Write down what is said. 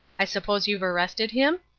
i suppose you've arrested him?